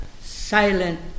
silent